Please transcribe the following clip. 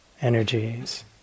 energies